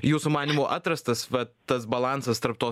jūsų manymu atrastas vat tas balansas tarp to